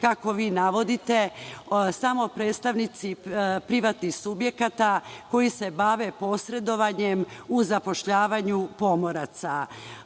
kako vi navodite samo predstavnici privatnih subjekata koji se bave posredovanjem uz zapošljavanje pomoraca.U